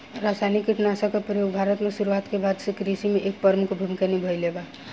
रासायनिक कीटनाशक के प्रयोग भारत में शुरुआत के बाद से कृषि में एक प्रमुख भूमिका निभाइले बा